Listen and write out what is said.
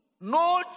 no